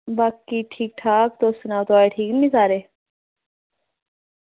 बाकी ठीक ठाक तुस सनाओ थुआढ़े ठीक नी सारे